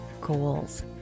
goals